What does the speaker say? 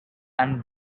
and